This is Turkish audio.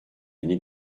bini